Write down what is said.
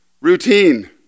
routine